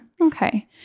Okay